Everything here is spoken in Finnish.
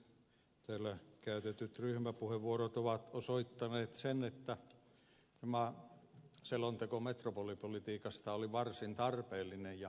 täällä käytetyt ryhmäpuheenvuorot ovat osoittaneet sen että tämä selonteko metropolipolitiikasta oli varsin tarpeellinen ja ajankohtainen